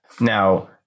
Now